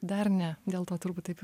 dar ne dėl to turbūt taip ir